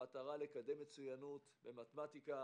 המטרה לקדם מצוינות במתמטיקה,